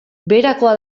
beherakoa